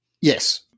Yes